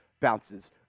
bounces